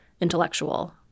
intellectual